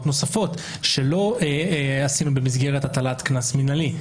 נוספות שלא כללנו במסגרת הטלת הקנס המינהלי.